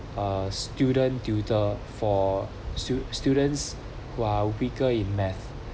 a student tutor for stu~ students who are weaker in math